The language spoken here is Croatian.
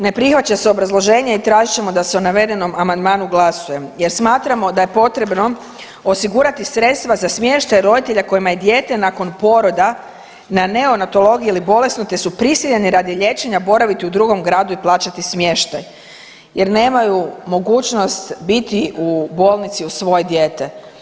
Ne prihvaća se obrazloženje i tražit ćemo da se o navedenom amandmanu glasuje jer smatramo da je potrebno osigurati sredstva za smještaj roditelja kojima je dijete nakon poroda na neonatologiji ili bolesno te su prisiljeni radi liječenja boraviti u drugom gradu i plaćati smještaj jer nemaju mogućnost biti u bolnici uz svoje dijete.